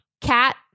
Cat